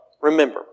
remember